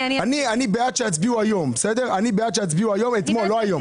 אני בעד שיצביעו אתמול, לא היום.